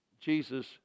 Jesus